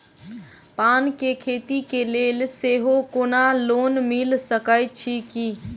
पान केँ खेती केँ लेल सेहो कोनो लोन मिल सकै छी की?